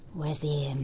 where's the and